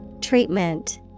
Treatment